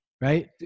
right